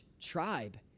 tribe